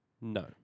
No